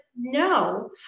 no